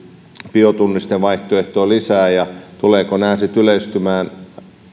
biotunnistevaihtoehtoja lisää ja tuleeko nämä sitten yleistymään